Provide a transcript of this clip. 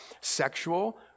sexual